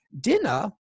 Dinner